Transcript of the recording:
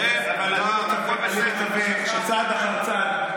אבל אני מקווה שצעד אחר צעד,